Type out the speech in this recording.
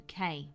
UK